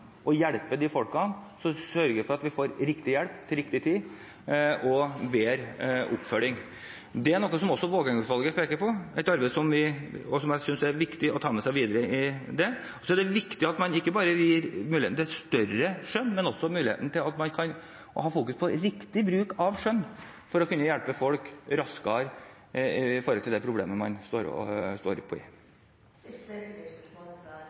og hjelpe folk, og sørge for at de får riktig hjelp til riktig tid og bedre oppfølging. Det er noe som også Vågeng-utvalget peker på – et arbeid som jeg synes det er viktig å ta med seg videre. Så er det viktig at man ikke bare gir mulighet til et større skjønn, men også har fokus på riktig bruk av skjønn for å kunne hjelpe folk raskere med det problemet man står oppe i. Kirsti Bergstø – til oppfølgingsspørsmål. Kampen mot barnefattigdom er helt avgjørende i